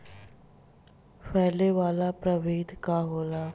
फैले वाला प्रभेद का होला?